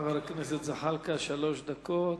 חבר הכנסת זחאלקה, לרשותך שלוש דקות.